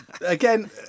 again